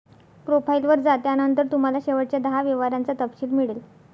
profile वर जा, त्यानंतर तुम्हाला शेवटच्या दहा व्यवहारांचा तपशील मिळेल